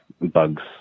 bugs